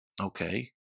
okay